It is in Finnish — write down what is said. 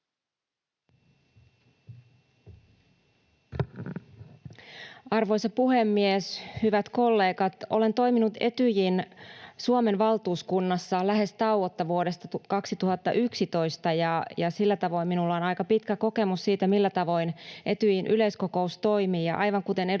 Arvoisa puhemies! Hyvät kollegat! Olen toiminut Etyjin Suomen valtuuskunnassa lähes tauotta vuodesta 2011, ja sillä tavoin minulla on aika pitkä kokemus siitä, millä tavoin Etyjin yleiskokous toimii. Ja aivan kuten edustaja